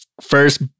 first